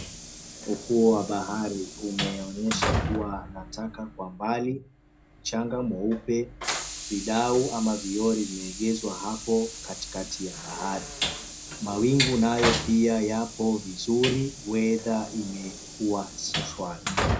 Ufuo wa bahari umeonyesha kuwa na taka kwa mbali, mchanga mweupe vidau ama vioo vimeegezwa hapo katikati ya bahari. Mawingu nayo pia yapo vizuri, weather imekuwa shwari.